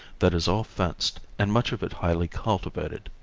that is all fenced and much of it highly cultivated.